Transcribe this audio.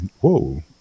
Whoa